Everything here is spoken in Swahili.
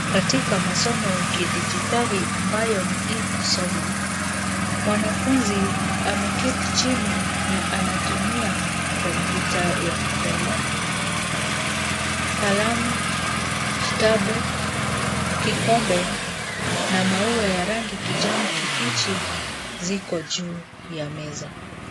Katika masomo ya kidijitali ambayo ni E kusoma. Mwanafunzi ameketi chini na anatumia Komputa ya mkono, kalamu, kitabu ,kikombe na mauwa ya kijani kibichi ziko juu ya meza.